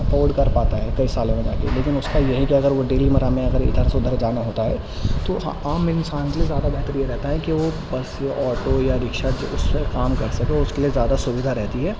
afford کر پاتا ہے کئی سالوں کے بعد تو لیکن اس کا یہ ہے کہ اگر وہ ڈیلی مرہ میں اگر ادھر سے ادھر جانا ہوتا ہے تو عام انسان کے لیے زیادہ بہتر یہ رہتا ہے کہ وہ بس یا آٹو یا رکشہ جو اس پہ کام کر سکے اس کے لیے زیادہ سویدھا رہتی ہے